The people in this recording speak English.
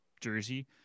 jersey